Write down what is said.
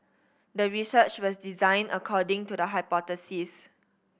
the research was designed according to the hypothesis